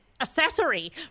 accessory